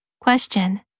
Question